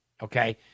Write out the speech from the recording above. Okay